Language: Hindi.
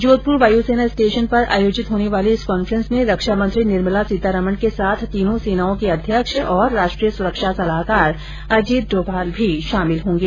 जोधप्र वायुसेना स्टेशन पर आयोजित होने वाली इस कॉन्फ्रेंस में रक्षा मंत्री निर्मला सीतारमण के साथ तीनों सेनाओं के अध्यक्ष और राष्ट्रीय सुरक्षा सलाहकार अजीत डोभाल भी शामिल होंगे